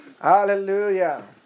Hallelujah